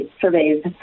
surveys